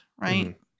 right